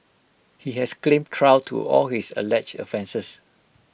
he has claimed trial to all his alleged offences